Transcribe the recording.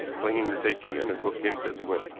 flinging the safe key under the bookcase as he went.